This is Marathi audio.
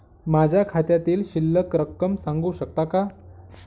माझ्या खात्यातील शिल्लक रक्कम सांगू शकता का?